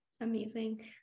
Amazing